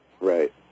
Right